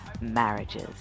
marriages